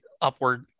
upward